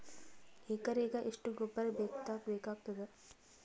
ಎಕರೆಗ ಎಷ್ಟು ಗೊಬ್ಬರ ಬೇಕಾಗತಾದ?